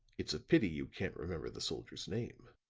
it's a pity you can't remember the soldier's name.